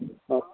অঁ